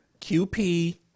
QP